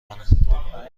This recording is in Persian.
کنم